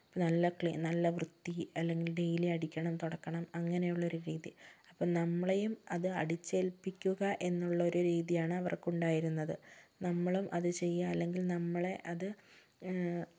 അപ്പോൾ നല്ല ക്ളീ അല്ലെങ്കിൽ നല്ല വൃത്തി അല്ലെങ്കിൽ ഡെയിലി അടിക്കണം തുടക്കണം അങ്ങനെയുള്ളൊരു രീതി അപ്പോൾ നമ്മളെയും അത് അടിച്ചേൽപ്പിക്കുക എന്നുള്ളൊരു രീതിയാണ് അവർക്കുണ്ടായിരുന്നത് നമ്മളും അത് ചെയ്യുക അല്ലെങ്കിൽ നമ്മളെ അത്